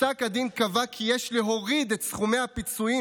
פסק הדין קבע כי יש להוריד את סכומי הפיצויים